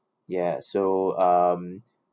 ya so um